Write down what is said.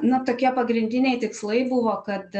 na tokie pagrindiniai tikslai buvo kad